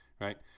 right